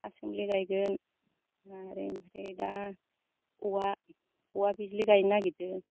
थासुमलि गायगोन आरो ओमफ्राय दा औवा औवा बिजलि गायनो नागिरदों